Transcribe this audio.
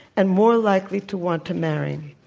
and more likely to want to marry.